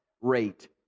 rate